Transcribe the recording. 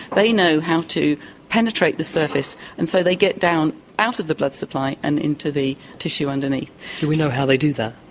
they know how to penetrate the surface and so they get down out of the blood supply and into the tissue underneath. do we know how they do that?